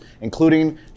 including